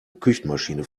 küchenmaschine